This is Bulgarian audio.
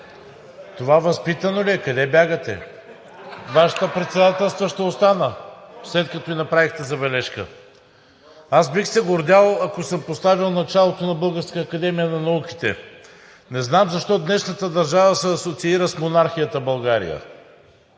Смях от ИБГНИ и ИТН.) Вашата председателстваща остана, след като ѝ направихте забележка. Аз бих се гордял, ако съм поставил началото на Българска академия на науките. Не знам защо днешната държава се асоциира с монархията в България?